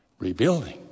rebuilding